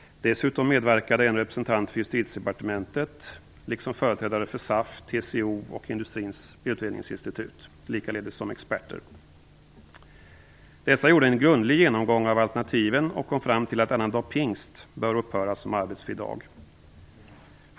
Dessutom medverkade en representant för Justitiedepartementet liksom företrädare för SAF, TCO och Industrins utredningsinstitut, likaledes som experter. Dessa gjorde en grundlig genomgång av alternativen och kom fram till att annandag pingst bör upphöra som arbetsfri dag.